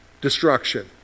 destruction